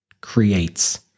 creates